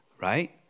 right